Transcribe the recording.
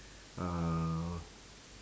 uh